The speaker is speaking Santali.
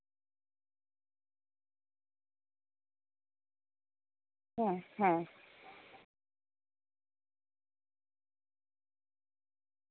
ᱦᱮᱸ ᱦᱮᱸ